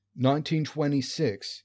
1926